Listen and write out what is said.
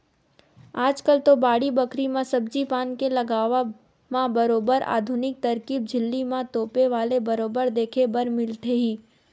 आजकल तो बाड़ी बखरी म सब्जी पान के लगावब म बरोबर आधुनिक तरकीब झिल्ली म तोपे वाले बरोबर देखे बर मिलथे ही